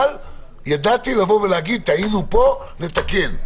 אבל ידעתי לבוא ולהגיד, טעינו פה, נתקן.